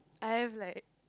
I have like